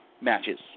matches